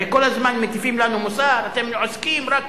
הרי כל הזמן מטיפים לנו מוסר: אתם לא עוסקים, רק